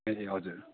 ए हजुर